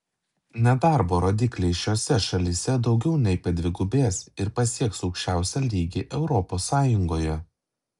nedarbo rodikliai šiose šalyse daugiau nei padvigubės ir pasieks aukščiausią lygį europos sąjungoje